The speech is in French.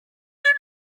père